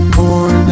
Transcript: more